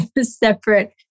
separate